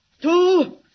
two